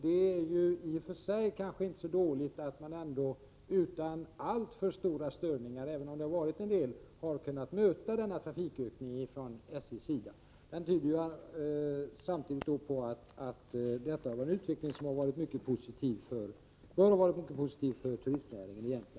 Det är kanske i och för sig inte så dåligt av SJ att utan alltför stora störningar, även om det har förekommit en del, ha kunnat möta denna trafikökning. Den tyder samtidigt på att utvecklingen bör ha varit mycket positiv för turistnäringen i Jämtland.